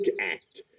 Act